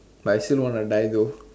but I still want to die though